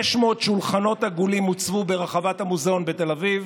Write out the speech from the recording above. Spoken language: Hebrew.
500 שולחנות עגולים הוצבו ברחבת המוזיאון בתל אביב